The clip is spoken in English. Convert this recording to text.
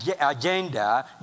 agenda